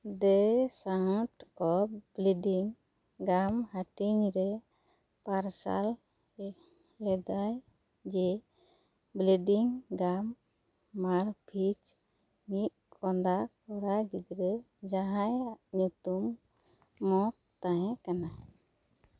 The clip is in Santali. the sound of bleeding gum ᱦᱟᱴᱤᱧ ᱨᱮ ᱯᱟᱨᱥᱟᱞ ᱞᱮᱫᱟᱭ ᱡᱮ ᱵᱞᱤᱰᱤᱝ ᱜᱟᱢ ᱢᱟᱨᱯᱷᱤᱡᱽ ᱢᱤᱫ ᱠᱚᱸᱫᱟ ᱠᱚᱲᱟ ᱜᱤᱫᱽᱨᱟᱹ ᱡᱟᱦᱟᱸᱭᱟᱜ ᱧᱩᱛᱩᱢ ᱢᱚᱠ ᱛᱟᱦᱮᱸ ᱠᱟᱱᱟ